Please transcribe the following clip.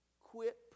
Quit